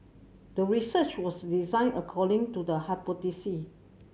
the research was designed according to the hypothesis